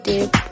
Dip